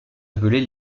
appelés